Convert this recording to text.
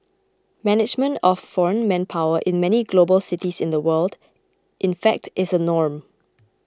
management of foreign manpower in many global cities of the world in fact is a norm